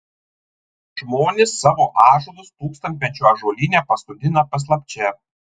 žmonės savo ąžuolus tūkstantmečio ąžuolyne pasodina paslapčia